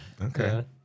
okay